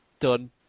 done